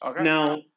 Now